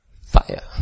fire